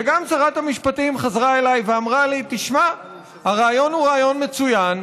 וגם שרת המשפטים חזרה אליי ואמרה לי: הרעיון הוא רעיון מצוין,